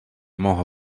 мого